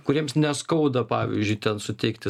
kuriems neskauda pavyzdžiui ten suteikti